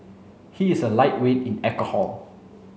he is a lightweight in alcohol